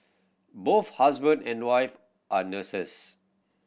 both husband and wife are nurses